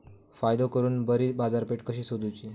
फायदो करून बरी बाजारपेठ कशी सोदुची?